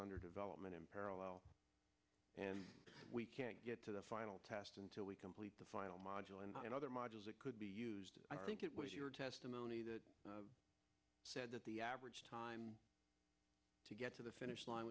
under development in parallel and we can't get to the final test until we complete the final module and other modules that could be used i think it was your testimony that said that the average time to get to the finish line